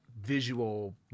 visual